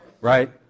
right